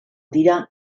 dira